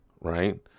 right